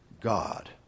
God